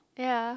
ya